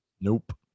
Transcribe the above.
Nope